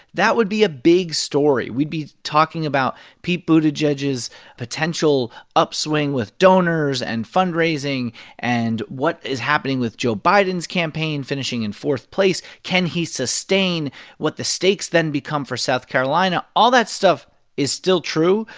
that would be a big story. we'd be talking about pete buttigieg's potential upswing with donors and fundraising and what is happening with joe biden's campaign finishing in fourth place. can he sustain what the stakes then become for south carolina? all that stuff is still true,